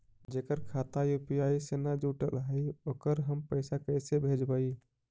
जेकर खाता यु.पी.आई से न जुटल हइ ओकरा हम पैसा कैसे भेजबइ?